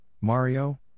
Mario